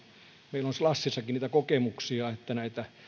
meillä on slushistakin kokemuksia että näitä